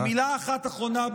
ומילה אחת אחרונה,